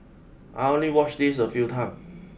I only watch this a few time